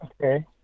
Okay